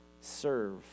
serve